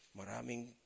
Maraming